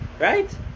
right